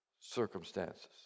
circumstances